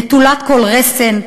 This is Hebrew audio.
נטולת כל רסן,